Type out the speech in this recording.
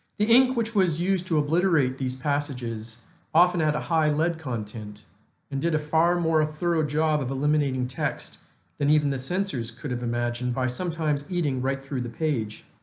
the ink which was used to obliterate these passages often had a high lead content and did a far more thorough job of eliminating text than even the censors could have imagined by sometimes eating right through the page.